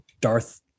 Darth